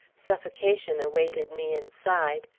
suffocation awaited me inside,